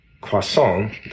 croissant